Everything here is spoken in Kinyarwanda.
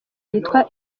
yitwa